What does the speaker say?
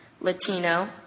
Latino